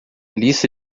lista